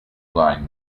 line